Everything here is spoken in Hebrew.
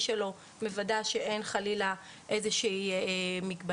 שלו כדי לוודא שאין חלילה איזו מגבלה.